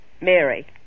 Mary